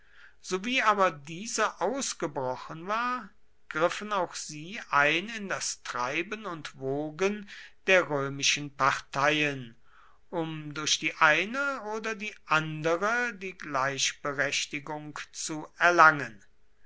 sowie aber diese ausgebrochen war griffen auch sie ein in das treiben und wogen der römischen parteien um durch die eine oder die andere die gleichberechtigung zu erlangen